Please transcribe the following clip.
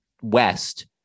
west